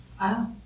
Wow